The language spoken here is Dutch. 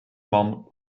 man